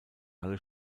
alle